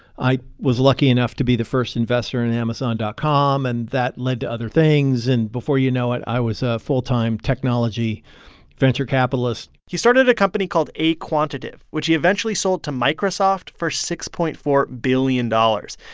i was lucky enough to be the first investor in amazon dot com, and that led to other things. and before you know it, i was a full-time technology venture capitalist he started a company called aquantive, which he eventually sold to microsoft for six point four billion dollars.